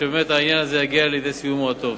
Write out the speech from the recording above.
שבאמת העניין הזה יגיע לידי סיומו הטוב.